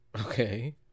Okay